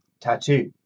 tattoo